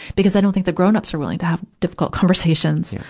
because i don't think the grown-ups are willing to have difficult conversations.